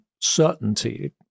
certainty